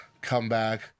comeback